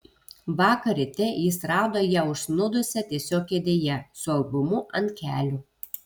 vakar ryte jis rado ją užsnūdusią tiesiog kėdėje su albumu ant kelių